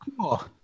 cool